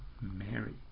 Mary